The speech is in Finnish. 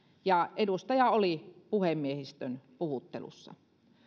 ja edustaja oli puhemiehistön puhuttelussa